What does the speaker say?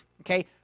Okay